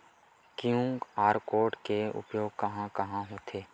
QR code के उपयोग कहां कहां होथे?